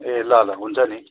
ए ल ल हुन्छ नि